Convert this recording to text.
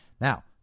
Now